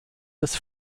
des